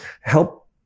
help